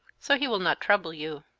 so he will not trouble you.